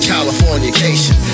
California-cation